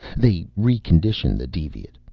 they re-condition the deviate.